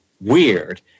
weird